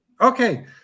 Okay